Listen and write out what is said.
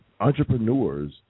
Entrepreneurs